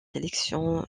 sélection